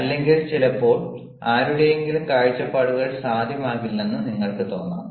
അല്ലെങ്കിൽ ചിലപ്പോൾ ആരുടെയെങ്കിലും കാഴ്ചപ്പാടുകൾ സാധ്യമാകില്ലെന്ന് നിങ്ങൾക്ക് തോന്നാം